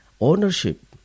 ownership